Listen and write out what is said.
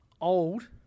old